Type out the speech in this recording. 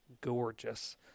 gorgeous